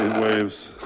waves.